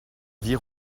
vie